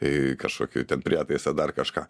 į kažkokį ten prietaisą dar kažką